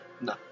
No